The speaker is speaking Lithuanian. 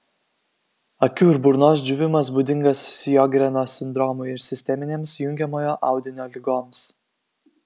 akių ir burnos džiūvimas būdingas sjogreno sindromui ir sisteminėms jungiamojo audinio ligoms